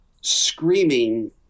screaming